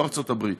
לא ארצות הברית,